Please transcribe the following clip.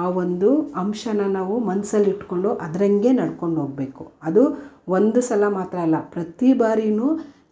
ಆ ಒಂದು ಅಂಶನ ನಾವು ಮನ್ಸಲ್ಲಿಟ್ಕೊಂಡು ಅದರಂಗೆ ನಡ್ಕೊಂಡ್ಹೋಗಬೇಕು ಅದು ಒಂದು ಸಲ ಮಾತ್ರ ಅಲ್ಲ ಪ್ರತಿ ಬಾರಿಯೂ